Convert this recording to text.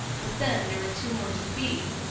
but then there were two more to feed.